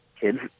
kids